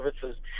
services